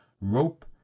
rope